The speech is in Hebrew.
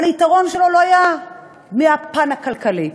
אבל היתרון שלו לא היה מהפן הכלכלי,